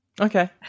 Okay